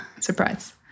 Surprise